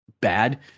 bad